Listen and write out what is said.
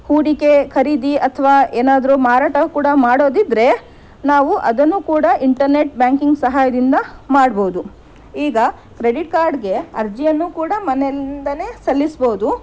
ಹೂಡಿಕೆ ಖರೀದಿ ಅಥವಾ ಏನಾದರೂ ಮಾರಾಟ ಕೂಡ ಮಾಡೋದಿದ್ರೆ ನಾವು ಅದನ್ನೂ ಕೂಡ ಇಂಟರ್ನೆಟ್ ಬ್ಯಾಂಕಿಂಗ್ ಸಹಾಯದಿಂದ ಮಾಡಬಹುದು ಈಗ ಕ್ರೆಡಿಟ್ ಕಾರ್ಡ್ಗೆ ಅರ್ಜಿಯನ್ನು ಕೂಡ ಮನೆಯಿಂದಲೇ ಸಲ್ಲಿಸಬಹುದು